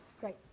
Great